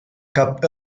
cap